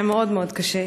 היה מאוד מאוד קשה.